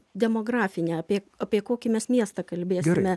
demografinę apie apie kokį mes miestą kalbėsime